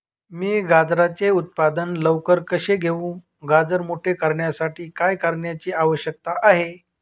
मी गाजराचे उत्पादन लवकर कसे घेऊ? गाजर मोठे करण्यासाठी काय करण्याची आवश्यकता आहे?